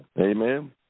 Amen